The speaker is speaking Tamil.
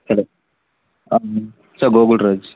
hello sir Gokul Raj